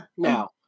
Now